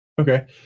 Okay